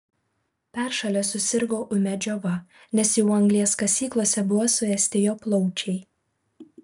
peršalęs susirgo ūmia džiova nes jau anglies kasyklose buvo suėsti jo plaučiai